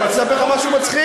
אני רוצה לספר לך משהו מצחיק,